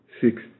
six